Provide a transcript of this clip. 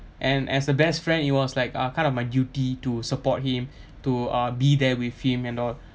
and as a best friend it's was like uh kind of my duty to support him to uh be there with him and all